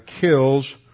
kills